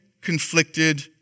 conflicted